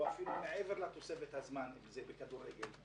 או אפילו מעבר לתוספת הזמן שיש בכדורגל,